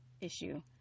issue